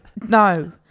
no